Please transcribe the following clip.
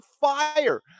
fire